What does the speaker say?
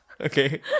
Okay